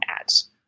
ads